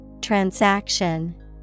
Transaction